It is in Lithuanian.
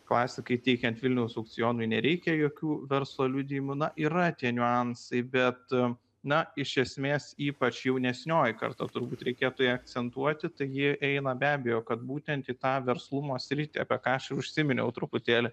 klasikai teikiant vilniaus aukcionui nereikia jokių verslo liudijimų na yra tie niuansai bet na iš esmės ypač jaunesnioji karta turbūt reikėtų ją akcentuoti tai ji eina be abejo kad būtent į tą verslumo sritį apie ką aš užsiminiau truputėlį